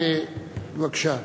בבקשה.